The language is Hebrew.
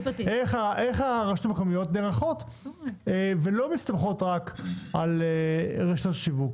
איך הרשויות המקומיות נערכות ולא רק מסתמכות על רשתות השיווק?